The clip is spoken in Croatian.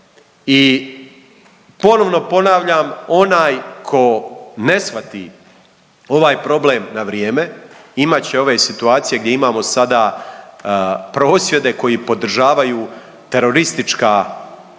I ponovno ponavljam, onaj ko ne shvati ovaj problem na vrijeme imat će ove situacije gdje imamo sada prosvjede koji podržavaju teroristička, terorističke